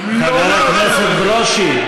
אתה לא, חבר הכנסת ברושי.